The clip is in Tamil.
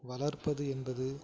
வளர்ப்பது என்பது